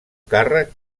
càrrec